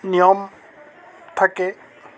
নিয়ম থাকে